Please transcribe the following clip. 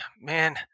Man